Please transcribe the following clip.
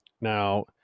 Now